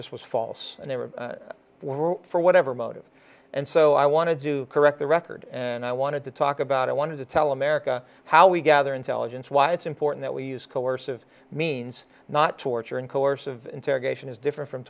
just was false and they were for whatever motive and so i want to do correct the record and i wanted to talk about i wanted to tell america how we gather intelligence why it's important that we use coercive means not torture and coercive interrogation is different from